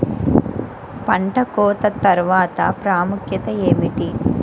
పంట కోత తర్వాత ప్రాముఖ్యత ఏమిటీ?